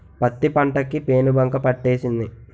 పత్తి పంట కి పేనుబంక పట్టేసింది